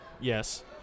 yes